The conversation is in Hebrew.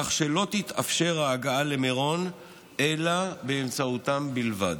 כך שלא תתאפשר ההגעה למירון אלא באמצעותם בלבד.